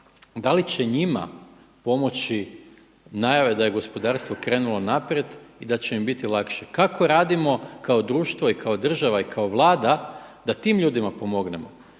Da li će njima pomoći najave da je gospodarstvo krenulo naprijed i da će im biti lakše? Kako radimo kao društvo, i kao država, i kao Vlada da tim ljudima pomognemo?